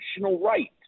right